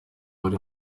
uri